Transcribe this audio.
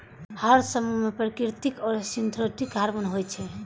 हर समूह मे प्राकृतिक आ सिंथेटिक हार्मोन होइ छै